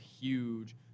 huge